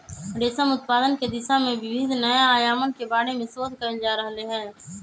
रेशम उत्पादन के दिशा में विविध नया आयामन के बारे में शोध कइल जा रहले है